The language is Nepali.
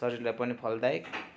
शरीरलाई पनि फलदायक